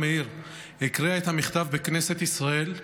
מאיר הקריאה את המכתב בכנסת ישראל,